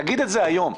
תגיד את זה היום.